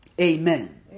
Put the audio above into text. Amen